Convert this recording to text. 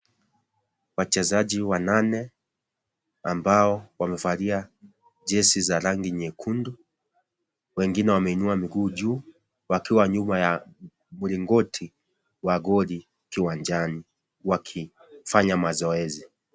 Wachezaji wanane ambao wamevalia jezi za rangi nyekundu, wengine wameinua miguu juu, wakiwa nyuma ya mlingoti wa goli kiwanjani wakifanya mazoezi.